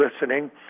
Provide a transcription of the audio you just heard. listening